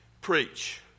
preach